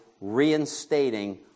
reinstating